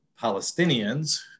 Palestinians